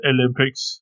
Olympics